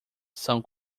são